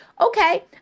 okay